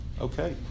Okay